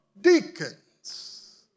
deacons